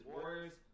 Warriors